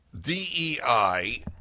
DEI